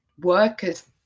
workers